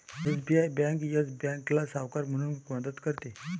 SBI bank Yes बँकेला सावकार म्हणून मदत करते